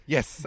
Yes